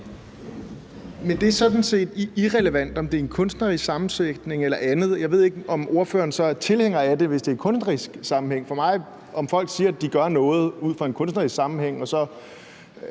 Men det er sådan set irrelevant, om det er i en kunstnerisk sammenhæng eller andet. Jeg ved ikke, om ordføreren så er tilhænger af det, hvis det er i en kunstnerisk sammenhæng. For mig bliver det såmænd hverken værre eller bedre af, at folk